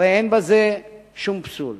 הרי אין בזה שום פסול.